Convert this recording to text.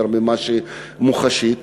יותר ממה שהיא מוחשית,